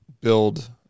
build